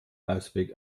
ausweg